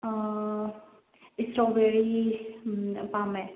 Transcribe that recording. strawberry ꯄꯥꯝꯃꯦ